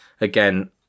again